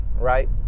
right